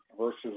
versus